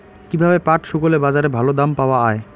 কীভাবে পাট শুকোলে বাজারে ভালো দাম পাওয়া য়ায়?